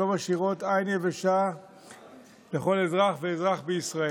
שלא משאירות עין יבשה אצל כל אזרח ואזרח בישראל.